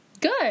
Good